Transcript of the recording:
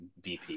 BP